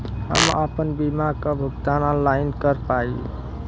हम आपन बीमा क भुगतान ऑनलाइन कर पाईब?